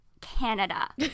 Canada